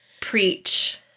preach